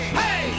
hey